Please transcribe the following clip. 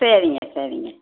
சரிங்க சரிங்க